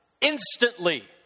instantly